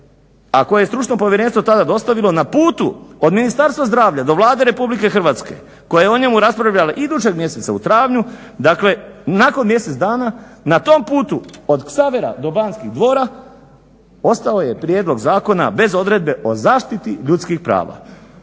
a koji je stručno povjerenstvo tada dostavilo na putu od Ministarstva zdravlja do Vlade Republike Hrvatske koja je o njemu raspravljala idućeg mjeseca u travnju, dakle nakon mjesec dana, na tom putu od Ksavera do Banskih dvora ostao je prijedlog zakona bez odredbe o zaštiti ljudskih prava.